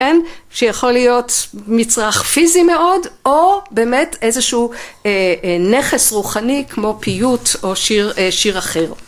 שיכול להיות מצרך פיזי מאוד או באמת איזשהו נכס רוחני כמו פיות או שיר אחר.